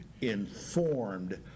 informed